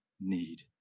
need